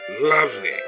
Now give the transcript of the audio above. Lovely